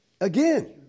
Again